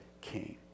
came